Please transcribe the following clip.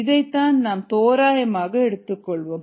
இதைத்தான் நாம் தோராயமாக எடுத்துக்கொள்வோம்